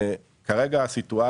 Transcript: השום הספרדי